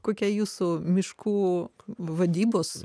kokia jūsų miškų vadybos